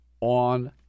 on